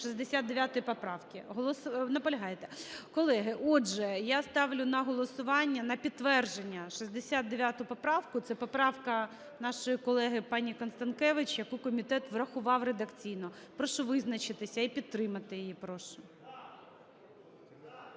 Наполягаєте? Колеги, отже, я ставлю на голосування, на підтвердження 69 поправку. Це поправка нашої колеги пані Констанкевич, яку комітет врахував редакційно. Прошу визначитися і підтримати її прошу.